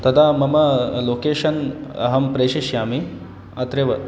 तदा मम लोकेशन् अहं प्रेषिष्यामि अत्रैव